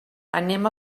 anem